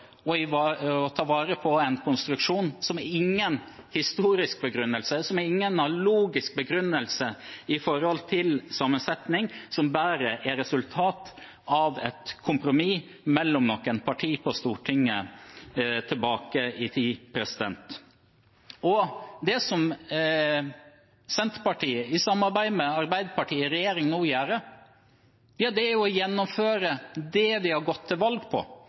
å ta vare på en konstruksjon som ikke har noen historisk eller logisk begrunnelse når det gjelder sammensetningen, men som bare er et resultat av et kompromiss mellom noen partier på Stortinget tilbake i tid. Det som Senterpartiet i samarbeid med Arbeiderpartiet i regjering nå gjør, er å gjennomføre det vi har gått til valg på,